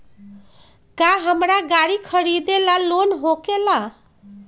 का हमरा गारी खरीदेला लोन होकेला?